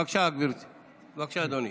בבקשה, אדוני,